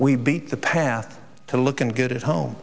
we beat the path to looking good at home